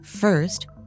First